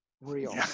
Real